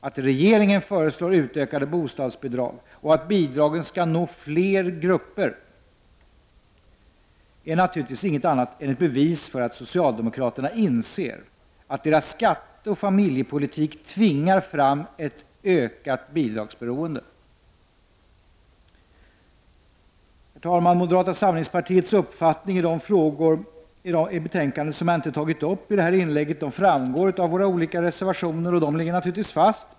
Att regeringen föreslår utökade bostadsbidrag och att bidragen skall nå fler grupper är naturligtvis inget annat än ett bevis för att socialdemokraterna inser att deras skatteoch familjepolitik tvingar fram ett ökat bidragsberoende. Herr talman! Moderata samlingspartiets uppfattning i de frågor i betänkandet som jag inte har tagit upp i detta inlägg framgår av våra olika reservationer. Dessa ligger naturligtvis fast.